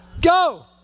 Go